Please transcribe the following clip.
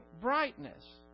brightness